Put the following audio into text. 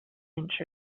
inch